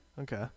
Okay